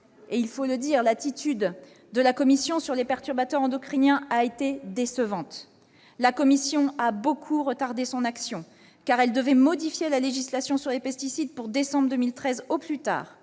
Or, il faut le dire, l'attitude de la Commission européenne sur les perturbateurs endocriniens a été décevante. Elle a beaucoup retardé son action, car elle devait modifier la législation sur les pesticides pour le mois de décembre 2013 au plus tard